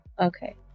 Okay